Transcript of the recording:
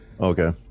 Okay